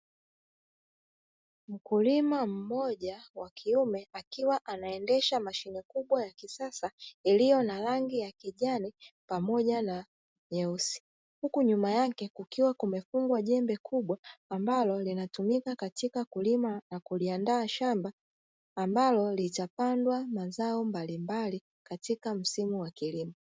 Mkulima moja wa kiume akiwa anaendesha mashine kubwa ya kisasa iliyo na rangi ya kijani pamoja na nyeusi, huku nyuma yake kukiwa kumefungwa jembe kubwa ambalo linatumika katika kulima na kuliandaa shamba ambalo litapandwa mazao mbalimbali katika msimu wa kilimo.